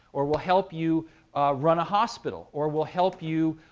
or will help you run a hospital, or will help you